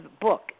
book